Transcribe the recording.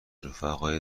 رفقای